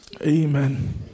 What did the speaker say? Amen